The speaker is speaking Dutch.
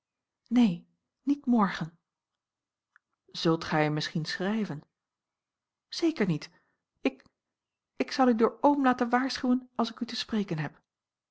neen niet morgen zult gij misschien schrijven zeker niet ik ik zal u door oom laten waarschuwen als ik u te spreken heb